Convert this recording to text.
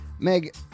Meg